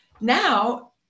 now